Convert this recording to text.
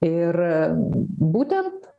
ir būtent